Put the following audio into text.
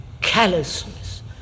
callousness